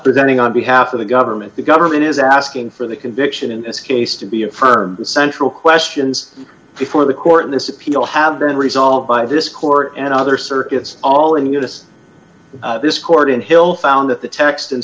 presenting on behalf of the government the government is asking for the conviction in this case to be affirmed the central questions before the court in this appeal have been resolved by this court and other circuits all in the us this court in hill found that the text and